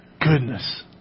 goodness